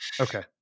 Okay